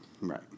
right